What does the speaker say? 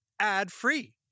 ad-free